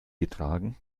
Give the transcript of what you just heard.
getragen